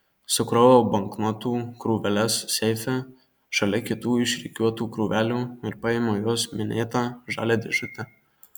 sukroviau banknotų krūveles seife šalia kitų išrikiuotų krūvelių ir paėmiau jos minėtą žalią dėžutę